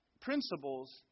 principles